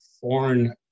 foreign